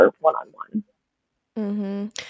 one-on-one